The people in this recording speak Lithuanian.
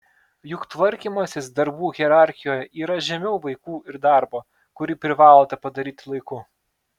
juk tvarkymasis darbų hierarchijoje yra žemiau vaikų ir darbo kurį privalote padaryti laiku